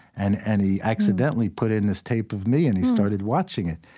and and he accidentally put in this tape of me, and he started watching it.